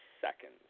seconds